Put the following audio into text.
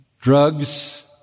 drugs